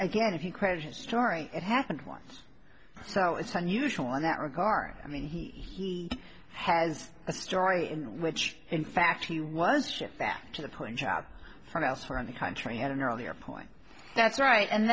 again if you question story it happened once so it's unusual in that regard i mean he has a story in which in fact he was shipped back to the point job from elsewhere in the country at an earlier point that's right and